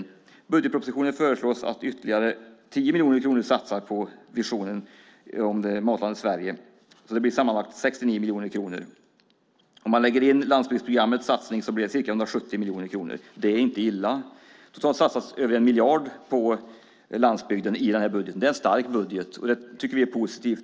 I budgetpropositionen föreslås att ytterligare 10 miljoner kronor satsas på visionen om matlandet Sverige. Det blir alltså sammanlagt 69 miljoner kronor. Om man lägger in landsbygdsprogrammets satsning blir det ca 170 miljoner. Det är inte illa. Totalt satsas det över 1 miljard på landsbygden i den här budgeten. Det är en stark budget, och det tycker vi är positivt.